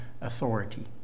authority